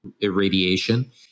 irradiation